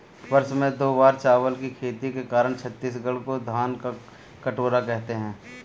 वर्ष में दो बार चावल की खेती के कारण छत्तीसगढ़ को धान का कटोरा कहते हैं